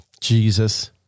Jesus